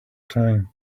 time